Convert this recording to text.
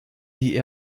die